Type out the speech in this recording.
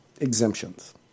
exemptions